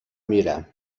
میرم